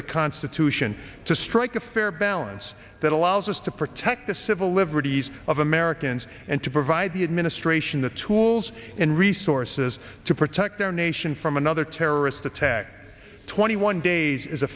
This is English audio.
the constitution to strike a fair balance that allows us to protect the civil liberties of americans and to provide the administration the tools and resources to protect our nation from another terrorist attack twenty one days it's a